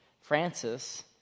Francis